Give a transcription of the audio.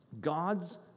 God's